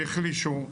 כי החלישו.